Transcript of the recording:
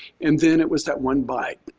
and then it was that one bite,